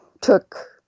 took